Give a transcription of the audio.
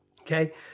okay